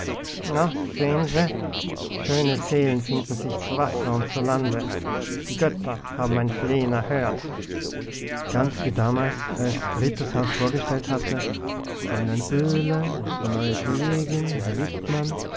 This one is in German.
sehen se schöne seelen finden sich zu wasser und zu lande die götter haben mein flehen erhört ganz wie damals als rittershaus vorgestellt hatte fräulein böhle unsere neue kollegin herr